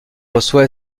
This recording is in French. reçoit